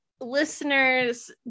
Listeners